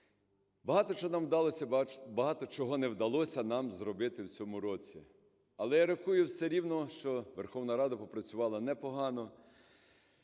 Багато чого нам вдалося, багато чого не вдалося нам зробити в цьому році. Але я рахую, все рівно, що Верховна Рада попрацювала непогано.